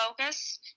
focus